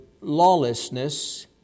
lawlessness